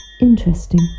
interesting